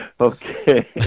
Okay